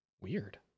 Weird